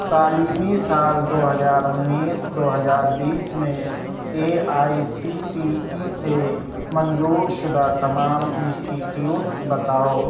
تعلیمی سال دوہزار انیس دو ہزار بیس میں A I C T E سے منظور شدہ تمام انسٹی ٹیوٹ بتاؤ